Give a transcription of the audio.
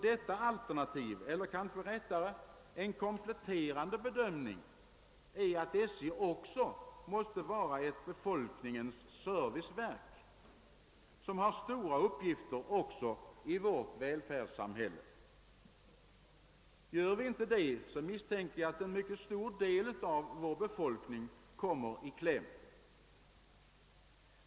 Detta alternativ — eller kanske rättare sagt en sådan kompletterande bedömning — är att SJ också måste vara ett befolkningens serviceverk, som har stora uppgifter även i vårt välfärdssamhälle. Gör vi inte det, misstänker jag att en mycket stor del av vår befolkning kommer i kläm.